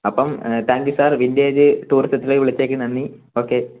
അപ്പം thank you sir vintage ടൂറിസത്തിലേക്ക് വിളിച്ചേക്ക് നന്ദി ഓക്കെ